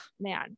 man